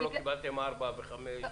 ארבע או חמש?